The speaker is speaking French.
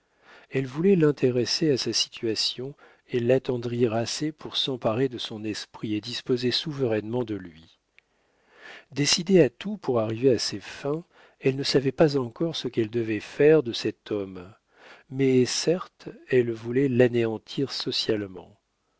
elle voulait l'intéresser à sa situation et l'attendrir assez pour s'emparer de son esprit et disposer souverainement de lui décidée à tout pour arriver à ses fins elle ne savait pas encore ce qu'elle devait faire de cet homme mais certes elle voulait l'anéantir